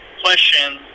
question